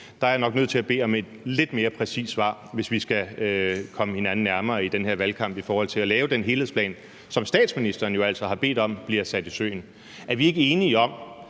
Der er jeg nok nødt til at bede om et lidt mere præcist svar, hvis vi skal komme hinanden nærmere i den her valgkamp i forhold til at lave den helhedsplan, som statsministeren jo altså har bedt om bliver sat i søen. Er vi ikke enige om,